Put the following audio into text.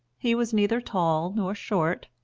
he was neither tall nor short,